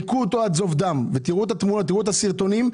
היכו אותו עד זוב דם ותראו את הסרטונים.